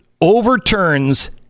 overturns